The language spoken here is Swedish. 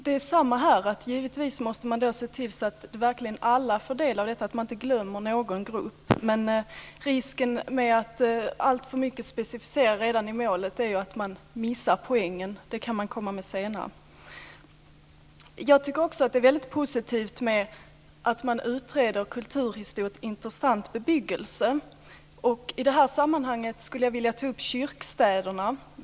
Det är samma sak här, att man givetvis måste se till att alla verkligen får del av detta och att man inte glömmer någon grupp. Risken med att specificera alltför mycket redan i målet är att man missar poängen. Det kan komma med senare. Jag tycker också att det är väldigt positivt att man utreder kulturhistoriskt intressant bebyggelse. I det här sammanhanget skulle jag vilja ta upp kyrkstäderna.